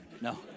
No